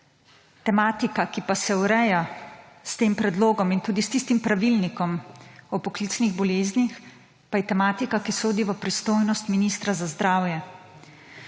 Tematika, ki se ureja s tem predlogom in tudi s tistim pravilnikom o poklicnih boleznih, pa je tematika, ki sodi v pristojnost ministra za zdravje.